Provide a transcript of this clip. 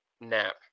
nap